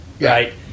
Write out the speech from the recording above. Right